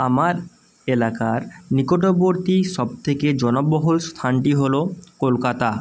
আমার এলাকার নিকটবর্তী সব থেকে জনবহুল স্থানটি হলো কলকাতা